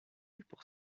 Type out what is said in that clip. pour